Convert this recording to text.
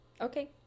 okay